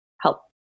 help